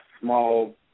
small